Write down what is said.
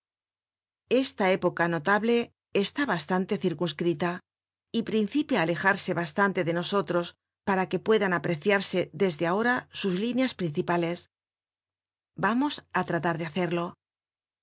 esta época notable está bastante circunscrita y principia á alejarse bastante de nosotros para que puedan apreciarse desde ahora sus líneas principales vamos á tratar de hacerlo